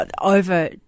over